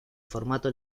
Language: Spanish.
formato